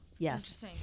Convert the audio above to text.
Yes